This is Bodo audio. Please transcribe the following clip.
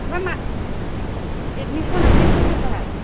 आमफ्राय मा एडमिसन आ हाइ सय हाजार